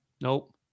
Nope